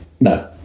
No